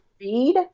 read